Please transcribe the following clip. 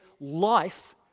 life